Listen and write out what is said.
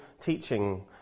teaching